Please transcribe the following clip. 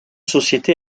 sociétés